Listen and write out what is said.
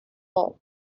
more